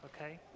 okay